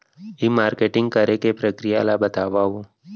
ई marketing करे के प्रक्रिया ला बतावव?